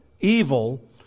evil